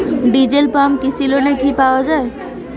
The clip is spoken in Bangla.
ডিজেল পাম্প কৃষি লোনে কি পাওয়া য়ায়?